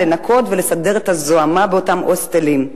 לנקות ולסדר את הזוהמה באותם הוסטלים.